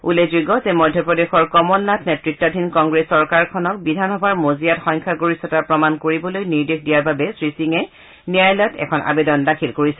উল্লেখযোগ্য যে মধ্যপ্ৰদেশৰ কমল নাথ নেতৃতাধীন কংগ্ৰেছ চৰকাৰখনক বিধানসভাৰ মজিয়াত সংখ্যাগৰিষ্ঠতাৰ প্ৰমাণ কৰিবলৈ নিৰ্দেশ দিয়াৰ বাবে শ্ৰীসিঙে ন্যায়ালয়ত এখন আৱেদন দাখিল কৰিছিল